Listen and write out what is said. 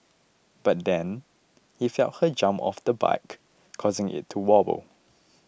but then he felt her jump off the bike causing it to wobble